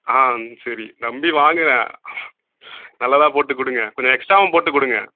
ஆ சரி நம்பி வாங்கிறேன் நல்லதா போட்டுக் கொடுங்க கொஞ்சம் எக்ஸ்ட்ராகவும் போட்டுக் கொடுங்க